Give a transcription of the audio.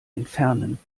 entfernen